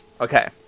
Okay